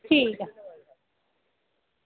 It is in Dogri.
ठीक ऐ